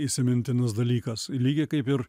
įsimintinas dalykas lygiai kaip ir